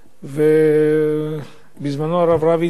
בזמנו הרב רביץ,